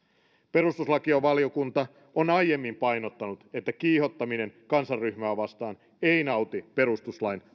perustuslakivaliokunta on aiemmin painottanut että kiihottaminen kansanryhmää vastaan ei nauti perustuslain